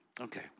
Okay